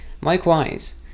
likewise